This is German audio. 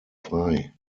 frei